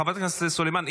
חברת הכנסת סלימאן,